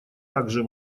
также